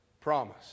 promise